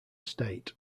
state